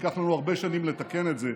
ייקח לנו הרבה שנים לתקן את זה,